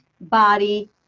body